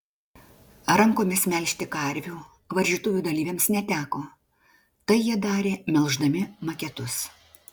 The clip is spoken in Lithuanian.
rankomis melžti karvių varžytuvių dalyviams neteko tai jie darė melždami maketus